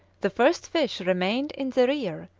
the first fish remained in the rear,